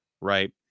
right